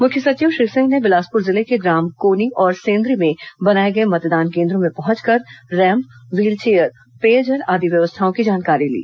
मुख्य सचिव श्री सिंह ने बिलासपुर जिले के ग्राम कोनी और सेन्द्री में बनाए गए मतदान केंद्रों में पहुंचकर रैम्प व्हीलचेयर पेयजल आदि व्यवस्थाओं की जानकारी ली